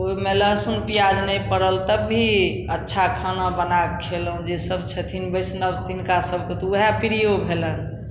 ओहिमे लहसुन प्याज नहि पड़ल तब भी अच्छा खाना बना कऽ खेलहुँ जाहि सभ छथिन वैष्णव तिनका सभके तऽ उएह प्रियो भेलनि